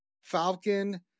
Falcon